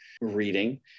reading